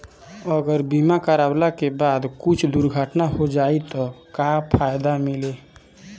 अगर बीमा करावे के बाद कुछ दुर्घटना हो जाई त का फायदा मिली?